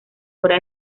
fuera